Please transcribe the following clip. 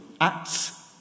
Acts